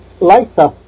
Later